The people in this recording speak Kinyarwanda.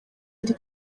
ndi